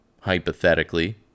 hypothetically